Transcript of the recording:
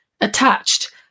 attached